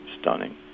stunning